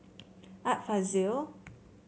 Art Fazil